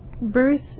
birth